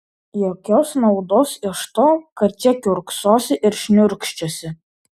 jokios naudos iš to kad čia kiurksosi ir šniurkščiosi